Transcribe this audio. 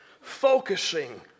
focusing